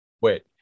Wait